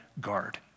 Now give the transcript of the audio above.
guard